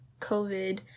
COVID